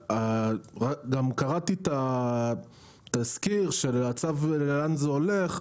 גם קראתי את התזכיר של הצו ולאן זה הולך,